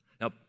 Now